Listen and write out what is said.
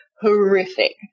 horrific